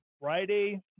Friday